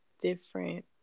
different